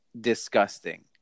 disgusting